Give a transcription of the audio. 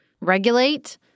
regulate